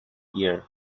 year